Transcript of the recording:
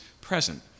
present